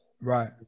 Right